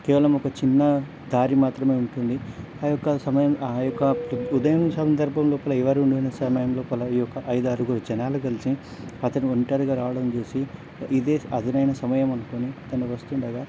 కేవలం ఒక చిన్న దారి మాత్రమే ఉంటుంది ఆ యొక్క సమయం ఆ యొక్క ఉదయం సందర్భం లోపల ఎవరూ లేని సమయం లోపల ఈ యొక్క ఐదారుగురు జనాలు కలిసి అతను ఒంటరిగా రావడం చూసి ఇదే అదునైన సమయం అనుకోని తను వస్తుండగా